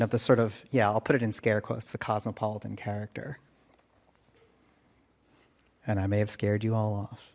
of the sort of yeah i'll put it in scare quotes the cosmopolitan character and i may have scared you all off